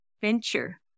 venture